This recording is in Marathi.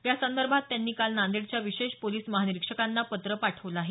यासंदर्भात त्यांनी काल नांदेडच्या विशेष पोलीस महानिरिक्षकांना पत्र पाठवलं आहे